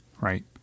right